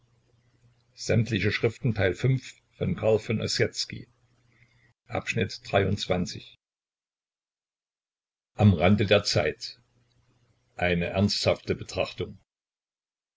am rande der zeit eine ernsthafte betrachtung